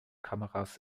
kameras